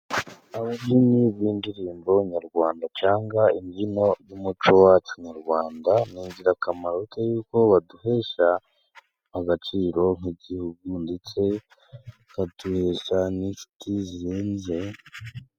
Ababyinnyi b'indirimbo nyarwanda cyangwa imbyino y'umuco wacu nyarwanda, ni ingirakamaro yuko baduhesha agaciro nk'Igihugu ndetse baduhesha n'inshuti zacu.